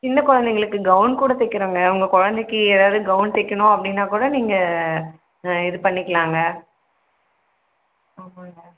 சின்ன குழந்தைங்களுக்கு கௌன் கூட தைக்கிறோங்க உங்கள் குழந்தைக்கு ஏதாவது கௌன் தைக்கணும் அப்படின்னாக் கூட நீங்கள் இதுப் பண்ணிக்கலாங்க ஆமாங்க